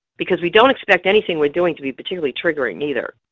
because we don't expect anything we're doing to be particularly triggering, either.